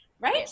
right